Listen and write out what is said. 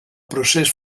procés